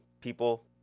people